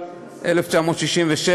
1967,